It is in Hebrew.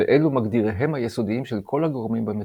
ואלו מגדיריהם היסודיים של כל הגורמים במציאות.